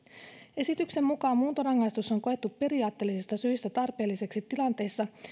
esityksen mukaan muuntorangaistus on koettu periaatteellisista syistä tarpeelliseksi tilanteissa